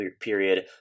period